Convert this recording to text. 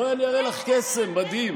בואי ואני אראה לך קסם מדהים.